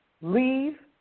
Leave